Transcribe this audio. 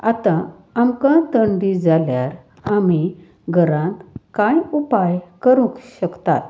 आतां आमकां थंडी जाल्यार आमी घरांत कांय उपाय करूंक शकतात